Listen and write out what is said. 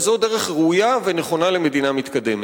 וזאת דרך ראויה ונכונה למדינה מתקדמת.